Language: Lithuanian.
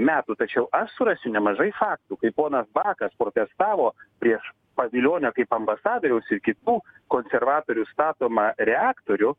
metų tačiau aš surasiu nemažai faktų kai ponas bakas protestavo prieš pavilionio kaip ambasadoriaus ir kitų konservatorių statomą reaktorių